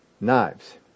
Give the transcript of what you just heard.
knives